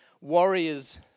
warriors